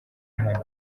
hano